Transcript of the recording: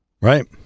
Right